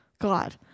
God